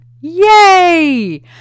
Yay